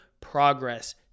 progress